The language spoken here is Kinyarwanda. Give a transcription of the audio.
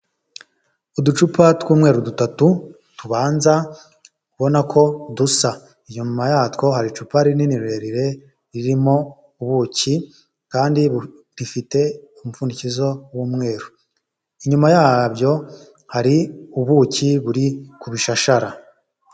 Uducupa tw'umweru dutatu, tubanza, ubona ko dusa, inyuma yatwo hari icupa rinini rirerire ririmo ubuki, kandi rifite umupfundikizo w'umweru, inyuma yabyo hari ubuki buri ku bishashara.